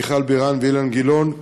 מיכל בירן ואילן גילאון,